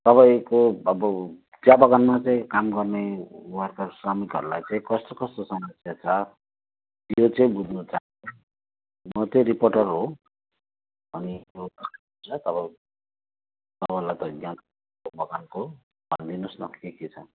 तपाईँको अब चिया बगानमा चाहिँ काम गर्ने वर्कर्स श्रमिकहरलाई चाहिँ कस्तो कस्तो समस्या छ यो चाहिँ बुझ्नु चाहन्छु म चाहिँ रिपोर्टर हो बगानको भन्दिनुहोस् न के के छ